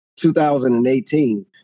2018